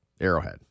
Arrowhead